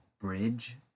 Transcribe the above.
bridge